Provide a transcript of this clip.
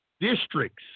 districts